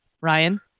Ryan